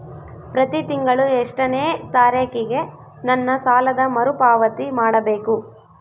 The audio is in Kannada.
ಪ್ರತಿ ತಿಂಗಳು ಎಷ್ಟನೇ ತಾರೇಕಿಗೆ ನನ್ನ ಸಾಲದ ಮರುಪಾವತಿ ಮಾಡಬೇಕು?